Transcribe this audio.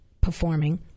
performing